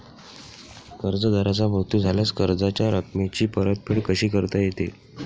कर्जदाराचा मृत्यू झाल्यास कर्जाच्या रकमेची परतफेड कशी करता येते?